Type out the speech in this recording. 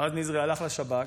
רז נזרי הלך לשב"כ,